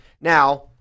Now